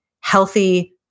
healthy